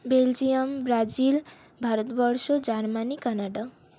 Belgium Brazil Bharatvarsha Germany Canada